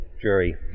jury